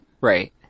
Right